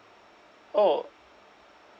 oh